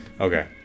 Okay